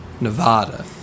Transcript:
Nevada